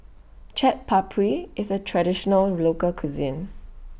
Chaat Papri IS A Traditional Local Cuisine